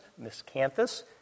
miscanthus